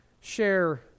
share